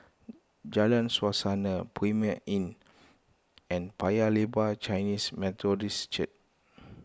Jalan Suasa Premier Inn and Paya Lebar Chinese Methodist Church